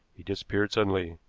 he disappeared suddenly.